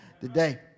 today